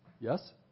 Yes